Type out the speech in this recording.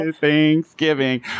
Thanksgiving